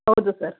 ಹೌದು ಸರ್